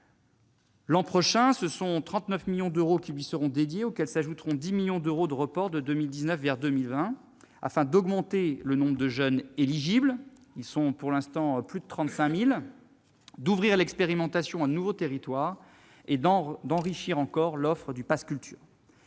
L'an prochain, 39 millions d'euros seront dédiés au pass culture, auxquels s'ajouteront 10 millions d'euros de reports de 2019 vers 2020, afin d'augmenter le nombre de jeunes éligibles- ils sont déjà plus de 35 000 -, d'ouvrir l'expérimentation à de nouveaux territoires et d'enrichir encore l'offre proposée.